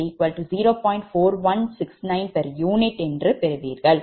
4169 p𝑢 என்று பெறுவீர்கள்